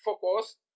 focused